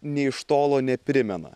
nė iš tolo neprimena